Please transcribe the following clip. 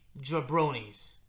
jabronis